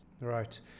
right